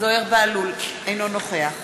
אינו נוכח